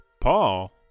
Paul